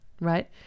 right